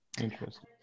Interesting